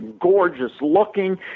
gorgeous-looking